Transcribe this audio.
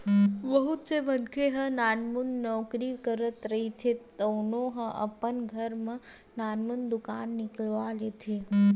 बहुत से मनखे ह नानमुन नउकरी करत रहिथे तउनो ह अपन घर म नानमुन दुकान निकलवा लेथे